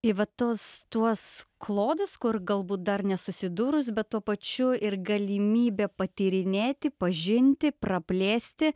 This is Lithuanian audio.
į va tuos tuos klodus kur galbūt dar nesusidūrus bet tuo pačiu ir galimybė patyrinėti pažinti praplėsti